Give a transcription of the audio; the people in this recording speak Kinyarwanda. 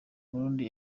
murundi